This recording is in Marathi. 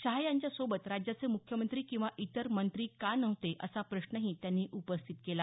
शहा यांच्या सोबत राज्याचे मुख्यमंत्री किंवा इतर मंत्री का नव्हते असा प्रश्न उपस्थित केला